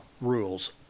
rules